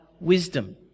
wisdom